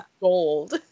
gold